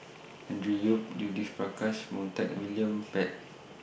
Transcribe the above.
Andrew Yip Judith Prakash Montague William Pett